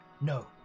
no